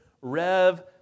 Rev